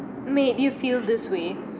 made you feel this way